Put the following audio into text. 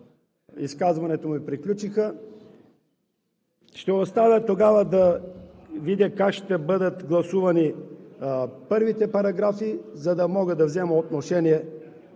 изказването ми приключиха. Ще оставя да видя как ще бъдат гласувани първите параграфи, за да мога още да взема отношение